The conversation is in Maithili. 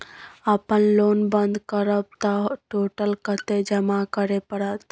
अपन लोन बंद करब त टोटल कत्ते जमा करे परत?